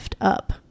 up